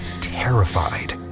terrified